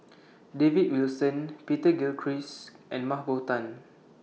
David Wilson Peter Gilchrist and Mah Bow Tan